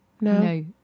no